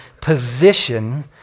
position